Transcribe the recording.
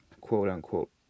quote-unquote